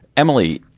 emily.